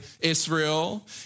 Israel